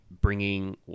bringing